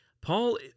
Paul